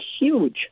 huge